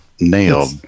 nailed